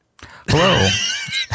Hello